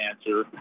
answer